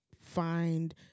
find